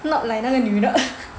not like 那个女的